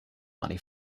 money